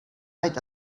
night